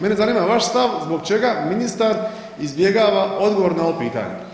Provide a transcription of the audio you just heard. Mene zanima vaš stav zbog čega ministar izbjegava odgovor na ovo pitanje.